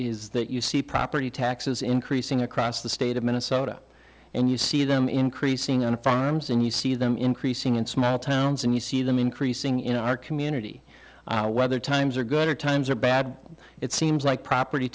is that you see property taxes increasing across the state of minnesota and you see them increasing on a farm stand you see them increasing in small towns and you see them increasing in our community whether times are good or times are bad it seems like property